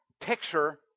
Picture